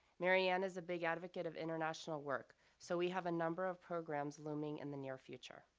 mary anne is a big advocate of international work. so we have a number of programs looming in the near future.